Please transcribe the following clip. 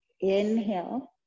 inhale